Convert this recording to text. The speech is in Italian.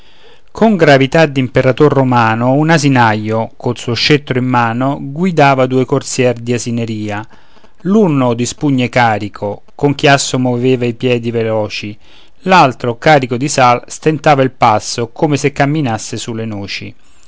con gravità d'imperator romano un asinaio col suo scettro in mano guidava due corsier di asineria l'uno di spugne carico con chiasso moveva i piè veloci l'altro carco di sal stentava il passo come se camminasse sulle noci